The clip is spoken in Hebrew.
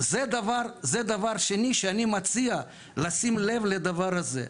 זה הדבר השני שאני מציע לשים לב לדבר הזה,